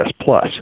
Plus